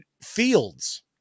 Fields